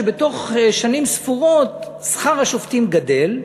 שבתוך שנים ספורות שכר השופטים גדל,